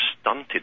stunted